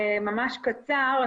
ממש קצר.